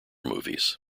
movies